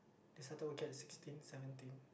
they started working at sixteen seventeen